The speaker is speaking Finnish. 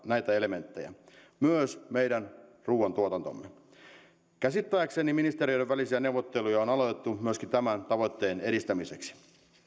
näitä elementtejä myös meidän ruuantuotantomme käsittääkseni ministeriöiden välisiä neuvotteluja on aloitettu myöskin tämän tavoitteen edistämiseksi